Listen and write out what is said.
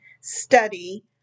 study